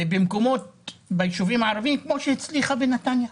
ובמקומות בישובים הערבים, כמו שהיא הצליחה בנתניה.